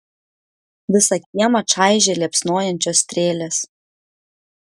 visą kiemą čaižė liepsnojančios strėlės